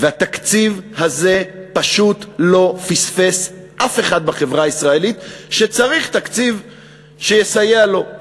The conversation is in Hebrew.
והתקציב הזה פשוט לא פספס אף אחד בחברה הישראלית שצריך תקציב שיסייע לו.